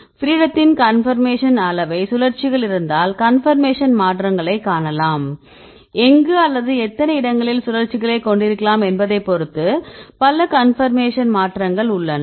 ஃப்ரீடத்தின் conformation அளவைக் சுழற்சிகள் இருந்தால் கன்பர்மேஷன் மாற்றங்களைக் காணலாம் எங்கு அல்லது எத்தனை இடங்களில் சுழற்சிகளைக் கொண்டிருக்கலாம் என்பதைப் பொறுத்து பல கன்பர்மேஷன் மாற்றங்கள் உள்ளன